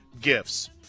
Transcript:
gifts